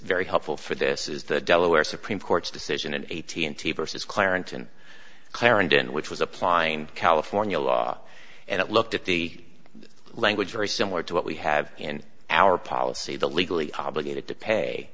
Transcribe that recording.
very helpful for this is the delaware supreme court's decision and eighteenth tee versus clarence and clarendon which was applying california law and it looked at the language very similar to what we have in our policy the legally obligated to pay